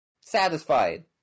satisfied